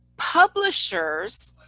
publishers,